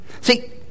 See